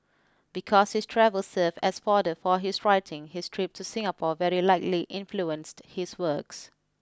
because his travels serve as fodder for his writing his trip to Singapore very likely influenced his works